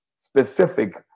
specific